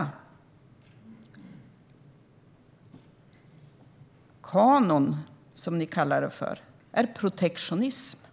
En kanon, som ni kallar det för, är protektionism och